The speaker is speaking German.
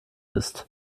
ist